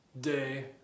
day